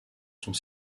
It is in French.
sont